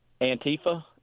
Antifa